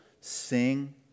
Sing